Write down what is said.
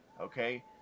okay